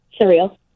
surreal